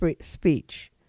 speech